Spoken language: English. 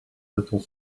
little